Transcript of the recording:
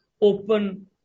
open